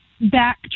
back